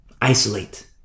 Isolate